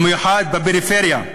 במיוחד בפריפריה.